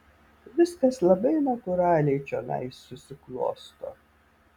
viskas labai natūraliai čionai susiklosto